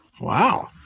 Wow